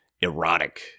erotic